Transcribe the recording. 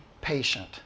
patient